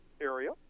area